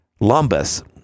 Lumbus